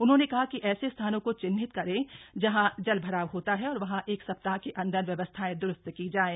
उन्होंने कहा कि ऐसे स्थानों को चिन्हित करें जहां जलभराव होता है और वहां एक सप्ताह के अन्दर व्यवस्थाएं द्रुस्त की जाएं